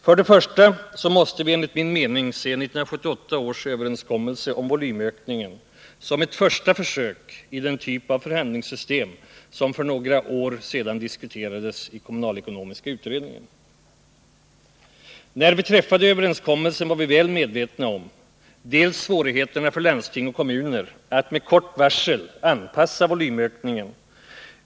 Först och främst måste vi enligt min mening se 1978 års överenskommelse om volymökningen som ett första försök med den typ av förhandlingssystem som för några år sedan diskuterades i kommunalekonomiska utredningen. När vi träffade överenskommelsen var vi väl medvetna om bl.a. svårigheterna för kommuner och landsting att med kort varsel anpassa volymökningen.